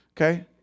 Okay